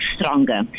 stronger